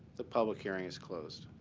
the public hearing is closed.